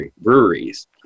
breweries